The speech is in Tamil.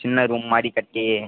சின்ன ரூம் மாதிரி கட்டி